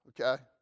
Okay